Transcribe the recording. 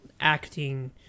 acting